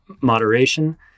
moderation